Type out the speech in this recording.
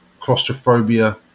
claustrophobia